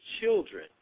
children